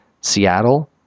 Seattle